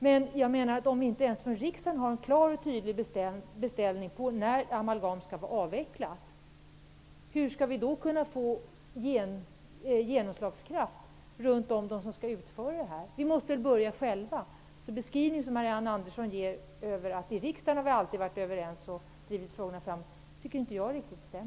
Men om vi inte ens har en klar och tydlig beställning från riksdagen på när amalgam skall vara avvecklat, hur skall vi då kunna få genomslagskraft hos dem som skall utföra detta? Vi måste ju börja själva. Jag tycker inte att den beskrivning som Marianne Andersson ger över att vi i riksdagen alltid har varit överens och drivit fram frågorna riktigt stämmer.